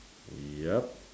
yup